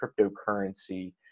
cryptocurrency